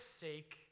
sake